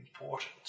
important